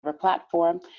platform